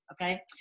Okay